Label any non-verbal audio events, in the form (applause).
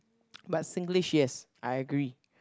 (noise) but Singlish yes I agree